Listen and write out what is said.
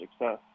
success